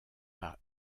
par